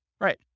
Right